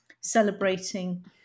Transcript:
celebrating